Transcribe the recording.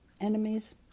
Enemies